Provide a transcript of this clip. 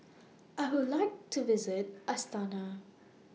I Would like to visit Astana